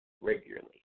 regularly